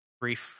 Brief